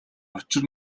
учир